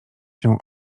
się